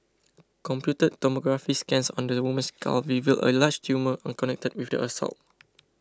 computed tomography scans on the woman's skull revealed a large tumour unconnected with the assault